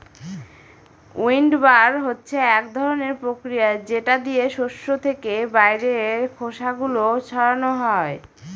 উইন্ডবার হচ্ছে এক ধরনের প্রক্রিয়া যেটা দিয়ে শস্য থেকে বাইরের খোসা গুলো ছাড়ানো হয়